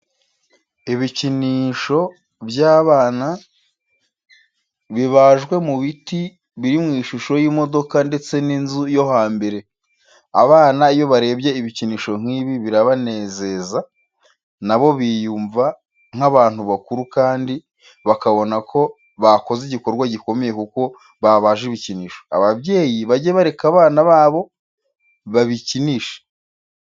Ibikinisho by'abana bibajwe mu biti biri mu ishusho y'imodoka ndetse n'inzu yo hambere, abana iyo barebye ibikinisho nk'ibi birabanezeza nabo biyumva nk'abantu bakuru kandi bakabona ko bakoze igikorwa gikomeye kuko babaje ibikinisho. Ababyeyi bajye bareka abana babo babikinishe.